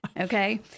Okay